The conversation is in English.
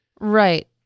Right